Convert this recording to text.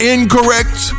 Incorrect